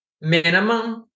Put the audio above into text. minimum